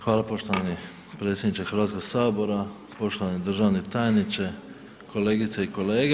Hvala poštovani predsjedniče Hrvatskog sabora, poštovani državni tajniče, kolegice i kolege.